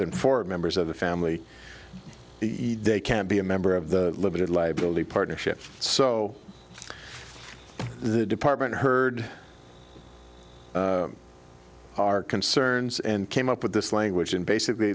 than four members of the family you day can be a member of the limited liability partnerships so the department heard our concerns and came up with this language and basically